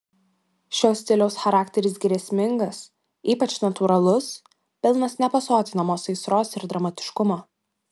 šio stiliaus charakteris grėsmingas ypač natūralus pilnas nepasotinamos aistros ir dramatiškumo